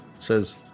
says